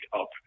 up